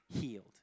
healed